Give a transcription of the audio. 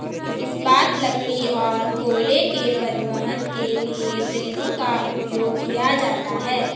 इस्पात, लकड़ी और कोयले के परिवहन के लिए ट्रेनों का उपयोग किया जाता है